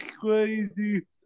crazy